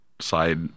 side